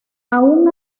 aun